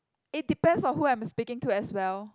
it depends on who I'm speaking to as well